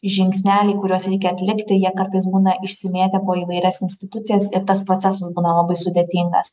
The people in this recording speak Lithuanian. žingsneliai kuriuos reikia atlikti jie kartais būna išsimėtę po įvairias institucijas ir tas procesas būna labai sudėtingas